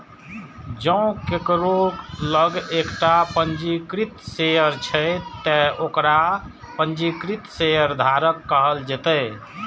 जों केकरो लग एकटा पंजीकृत शेयर छै, ते ओकरा पंजीकृत शेयरधारक कहल जेतै